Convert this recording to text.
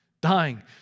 Dying